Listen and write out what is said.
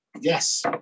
Yes